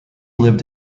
lived